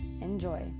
Enjoy